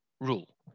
rule